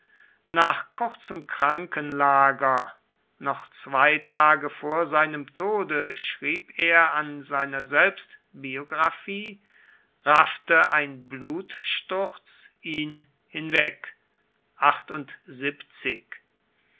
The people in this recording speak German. nach kurzem krankenlager noch zwei tage vor seinem tode schrieb er an seiner selbstbiographie raffte ein blutsturz ihn hinweg